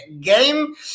game